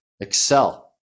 excel